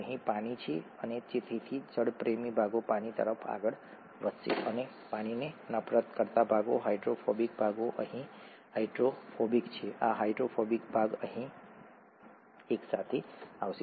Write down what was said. અહીં પાણી છે અને તેથી જળપ્રેમી ભાગો પાણી તરફ આગળ વધશે અને પાણીને નફરત કરતા ભાગો હાઇડ્રોફોબિક ભાગો આ અહીં હાઇડ્રોફોબિક છે આ હાઇડ્રોફોબિક ભાગ અહીં એક સાથે આવશે